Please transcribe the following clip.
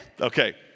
Okay